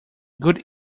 good